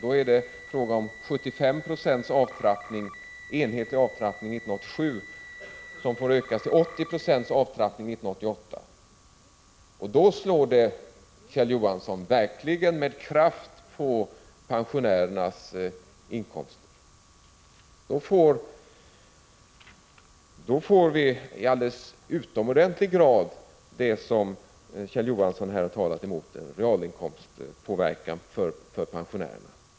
Då är det fråga om 75 96 i enhetlig avtrappning 1987, som får ökas till 80 90 år 1988. Det skulle verkligen, Kjell Johansson, slå med kraft på pensionärernas inkomster. Då får vi i utomordentlig utsträckning det som Kjell Johansson har talat emot, en realinkomstpåverkan för pensionärerna.